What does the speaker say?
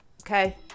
Okay